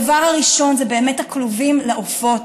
הדבר הראשון זה הכלובים לעופות.